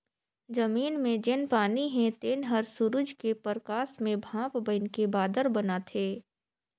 जमीन मे जेन पानी हे तेन हर सुरूज के परकास मे भांप बइनके बादर बनाथे